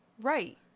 Right